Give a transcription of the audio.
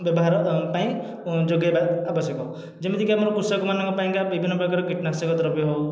ବ୍ୟବହାର ପାଇଁ ଯୋଗାଇବା ଆବଶ୍ୟକ ଯେମିତିକି ଆମର କୃଷକମାନଙ୍କ ପାଇଁକା ବିଭିନ୍ନ ପ୍ରକାର କୀଟନାଶକ ଦ୍ରବ୍ୟ ହେଉ